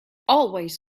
always